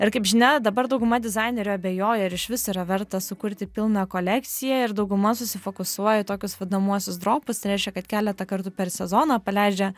ir kaip žinia dabar dauguma dizainerių abejoja ar išvis yra verta sukurti pilną kolekciją ir dauguma susifokusuoja tokius vadinamuosius dropus tai reiškia kad keletą kartų per sezoną paleidžia